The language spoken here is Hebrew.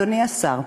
אדוני השר,